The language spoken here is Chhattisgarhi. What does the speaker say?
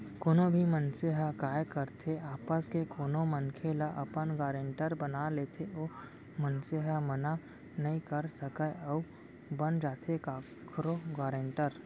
कोनो भी मनसे ह काय करथे आपस के कोनो मनखे ल अपन गारेंटर बना लेथे ओ मनसे ह मना नइ कर सकय अउ बन जाथे कखरो गारेंटर